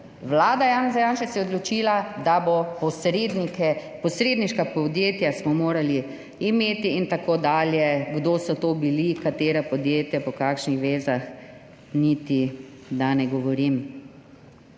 Vlada Janeza Janše se je odločila, da bomo imeli posrednike, posredniška podjetja smo morali imeti in tako dalje. Kdo so to bili, katera podjetja, po kakšnih vezah, niti ne bom govorila.